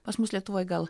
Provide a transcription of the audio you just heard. pas mus lietuvoj gal